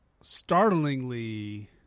startlingly